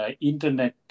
internet